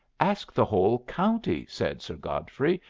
ask the whole county, said sir godfrey.